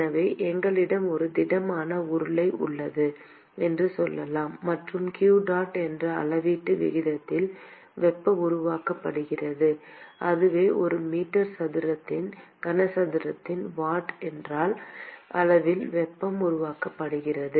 எனவே நம்மிடம ஒரு திடமான உருளை உள்ளது என்று சொல்லலாம் மற்றும் q dot என்ற அளவீட்டு விகிதத்தில் வெப்பம் உருவாக்கப்படுகிறது அதாவது ஒரு மீட்டர் கனசதுரத்திற்கு வாட் என்ற அளவில் வெப்பம் உருவாக்கப்படுகிறது